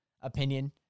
opinion